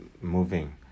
moving